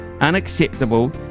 unacceptable